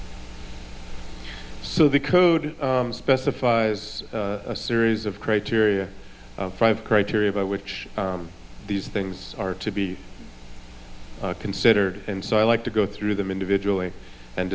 so the code specifies a series of criteria five criteria by which these things are to be considered and so i'd like to go through them individually and